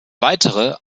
weitere